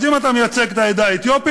אז אם אתה מייצג את העדה האתיופית,